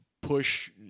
push